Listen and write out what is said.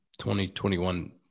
2021